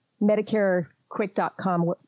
Medicarequick.com